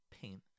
pain